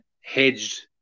hedged